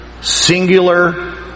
Singular